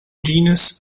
genus